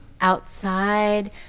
outside